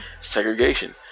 Segregation